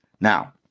Now